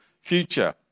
future